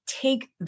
take